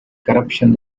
corruption